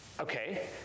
Okay